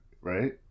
Right